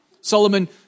Solomon